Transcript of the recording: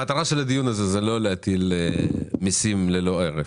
המטרה של הדיון הזה זה לא להטיל מיסים ללא הרף.